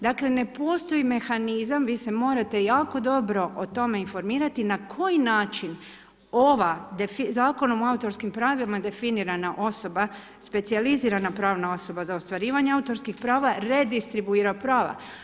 Dakle, ne postoji mehanizam, vi se morate jako dobro o tome informirati, na koji način, ova, zakonom o autorskim pravima, je definirana osoba, specijalizirana pravna osoba, za ostvarivanje autorskih prava, redistribuira prava.